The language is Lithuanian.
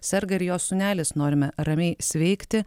serga ir jos sūnelis norime ramiai sveikti